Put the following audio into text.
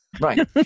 right